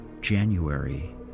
January